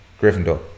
Gryffindor